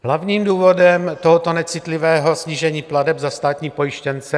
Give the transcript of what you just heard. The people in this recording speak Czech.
Hlavním důvodem tohoto necitlivého snížení plateb za státní pojištěnce